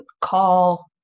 call